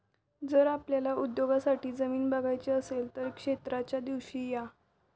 जर आपल्याला उद्योगासाठी जमीन बघायची असेल तर क्षेत्राच्या दिवशी या